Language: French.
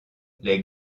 les